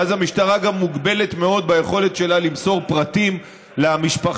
ואז המשטרה גם מוגבלת מאוד ביכולת שלה למסור פרטים למשפחה,